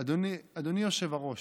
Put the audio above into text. אדוני היושב-ראש,